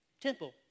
Temple